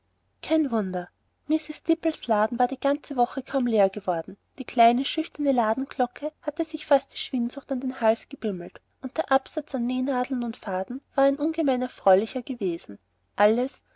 kein wunder mrs dibbles laden war ja die ganze woche kaum leer geworden die kleine schüchterne ladenglocke hatte sich fast die schwindsucht an den hals gebimmelt und der absatz an nähnadeln und faden war ein ungemein erfreulicher gewesen alles